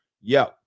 Yo